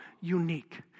unique